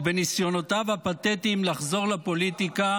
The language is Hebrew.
ובניסיונותיו הפתטיים לחזור לפוליטיקה